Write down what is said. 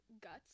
guts